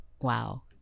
Wow